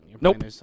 Nope